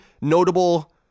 notable